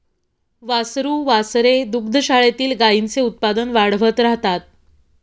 वासरू वासरे दुग्धशाळेतील गाईंचे उत्पादन वाढवत राहतात